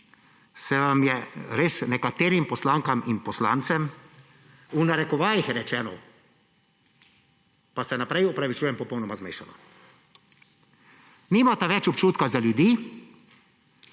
se vam je res nekaterim poslankam in poslancem, v narekovajih rečeno – pa se vnaprej opravičujem – popolnoma zmešalo. Nimate več občutka za ljudi,